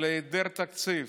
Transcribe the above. על היעדר תקציב,